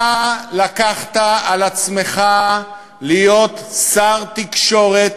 אתה לקחת על עצמך להיות שר התקשורת,